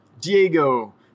Diego